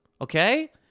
Okay